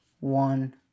One